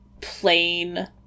plain